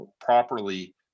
properly